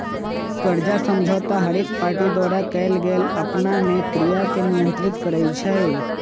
कर्जा समझौता हरेक पार्टी द्वारा कएल गेल आपनामे क्रिया के नियंत्रित करई छै